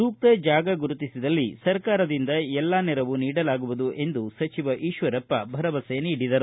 ಸೂಕ್ತ ಜಾಗ ಗುರುತಿಸಿದಲ್ಲಿ ಸರ್ಕಾರದಿಂದ ಎಲ್ಲಾ ನೆರವು ನೀಡಲಾಗುವುದು ಎಂದು ಈತ್ವರಪ್ಪ ಭರವಸೆ ನೀಡಿದರು